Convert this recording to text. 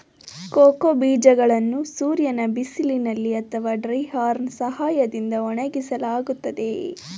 cocoa ಬೀಜಗಳನ್ನು ಸೂರ್ಯನ ಬಿಸಿಲಿನಲ್ಲಿ ಅಥವಾ ಡ್ರೈಯರ್ನಾ ಸಹಾಯದಿಂದ ಒಣಗಿಸಲಾಗುತ್ತದೆ